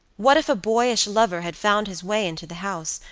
what if a boyish lover had found his way into the house,